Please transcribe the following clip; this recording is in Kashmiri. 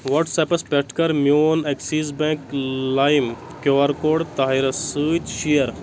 وٹٕس ایپَس پیٹھ کَر میون ایکسیٖز بینٛک لایِم کیٚو آر کوڈ طاہِرس سۭتۍ شیر